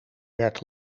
werd